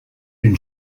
une